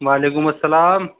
وعلیکم السلام